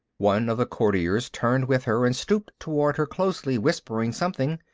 one of the courtiers turned with her and stooped toward her closely, whispering something.